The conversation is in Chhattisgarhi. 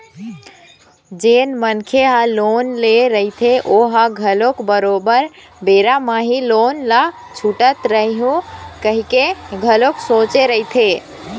जेन मनखे ह लोन ले रहिथे ओहा घलोक बरोबर बेरा म ही लोन ल छूटत रइहूँ कहिके घलोक सोचे रहिथे